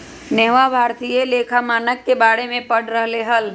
नेहवा भारतीय लेखा मानक के बारे में पढ़ रहले हल